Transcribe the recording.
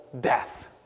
death